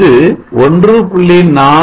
இது 1